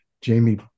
Jamie